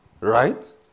Right